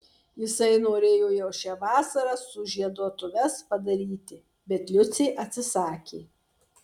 jisai norėjo jau šią vasarą sužieduotuves padaryti bet liucė atsisakė